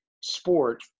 sport